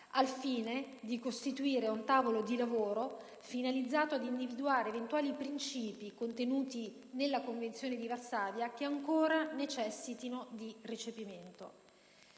al fine di costituire un tavolo di lavoro finalizzato ad individuare eventuali princìpi, contenuti nella Convenzione di Varsavia che ancora necessitino di recepimento.